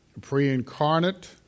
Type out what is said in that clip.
pre-incarnate